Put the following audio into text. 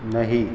नहीं